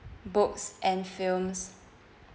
books and films